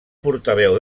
portaveu